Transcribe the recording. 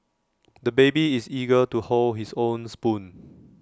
the baby is eager to hold his own spoon